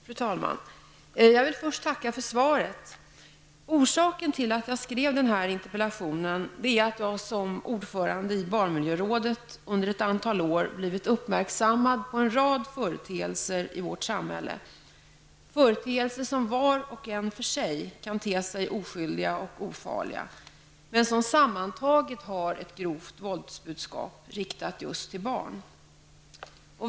Fru talman! Jag vill först tacka för svaret. Orsaken till att jag skrev den här interpellationen är att jag som ordförande i barnmiljörådet under ett antal år blivit uppmärksammad på en rad företeelser i vårt samhälle, företeelser som var och en för sig kan te sig oskyldiga och ofarliga, men som sammantaget har ett grovt våldsbudskap riktat just till barn.